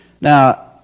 Now